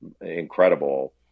incredible